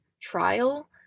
trial